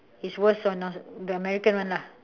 is worse on those the american one lah